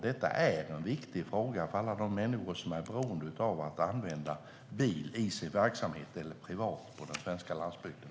Detta är en viktig fråga för alla dem som är beroende av att använda bil i sin verksamhet eller privat på den svenska landsbygden.